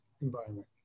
environment